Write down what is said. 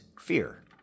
fear